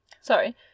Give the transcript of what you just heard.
sorry